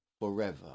forever